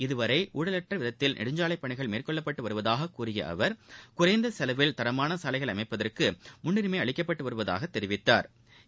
இதுவரை ஊழலற்ற விதத்தில் நெடுஞ்சாலைப் பணிகள் மேற்கொள்ளப்பட்டு வருவதாக கூறிய அவர் குறைந்த செலவில் தரமான சாலைகளை அமைப்பதற்கு முன்னரிமை அளிக்கப்பட்டு வருவதாகத் தெரிவித்தாா்